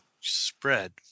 spread